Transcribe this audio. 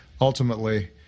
ultimately